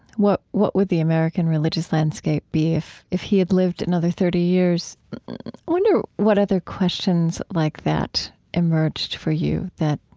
what what would the american religious landscape be if if he had lived another thirty years? i wonder what other questions like that emerged for you, that